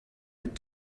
want